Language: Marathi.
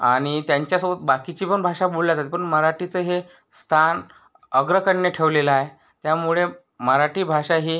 आणि त्यांच्यासोबत बाकीच्यापण भाषा बोलल्या जातात पण मराठीचं हे स्थान अग्रगण्य ठेवलेलं आहे त्यामुळे मराठी भाषा ही